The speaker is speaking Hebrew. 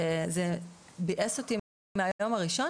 שזה ציער אותי מהיום הראשון